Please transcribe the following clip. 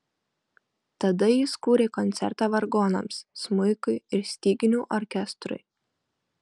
tada jis kūrė koncertą vargonams smuikui ir styginių orkestrui